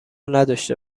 نداشته